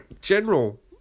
general